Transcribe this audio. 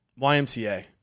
YMCA